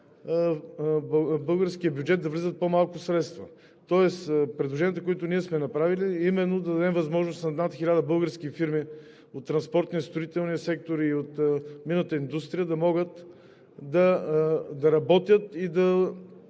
българския бюджет да влязат по-малко средства. Тоест предложенията, които сме направили, са именно да дадем възможност на над 1000 български фирми от транспортния, строителния сектор и от минната индустрия да могат да работят и да